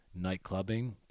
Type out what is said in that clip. Nightclubbing